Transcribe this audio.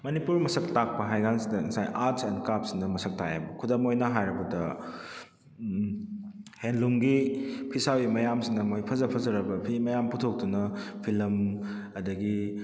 ꯃꯅꯤꯄꯨꯔ ꯃꯁꯛ ꯇꯥꯛꯄ ꯍꯥꯏꯕꯀꯥꯟꯁꯤꯗ ꯉꯁꯥꯏ ꯑꯥꯔꯠꯁ ꯑꯦꯟ ꯀ꯭ꯔꯥꯐꯁꯁꯤꯅ ꯃꯁꯛ ꯇꯥꯛꯑꯦꯕ ꯈꯨꯗꯝ ꯑꯣꯏꯅ ꯍꯥꯏꯔꯕꯗ ꯍꯦꯟꯂꯨꯝꯒꯤ ꯐꯤꯁꯥꯕꯤ ꯃꯌꯥꯝꯁꯤꯅ ꯃꯣꯏ ꯐꯖ ꯐꯖꯔꯕ ꯐꯤ ꯃꯌꯥꯝ ꯄꯨꯊꯣꯛꯇꯨꯅ ꯐꯤꯂꯝ ꯑꯗꯨꯗꯒꯤ